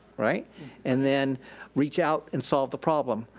right and then reach out and solve the problem.